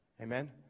Amen